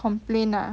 complain ah